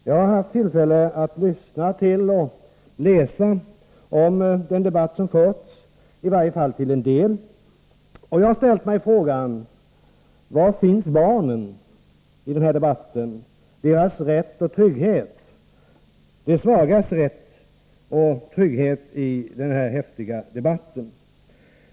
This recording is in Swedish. Jag har haft tillfälle att lyssna till och läsa om den debatt som har förts, i varje fall till en del, och jag har ställt mig frågan: Var finns barnen, deras rätt och trygghet, de svagas rätt och trygghet, i den här häftiga debatten?